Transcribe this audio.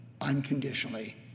unconditionally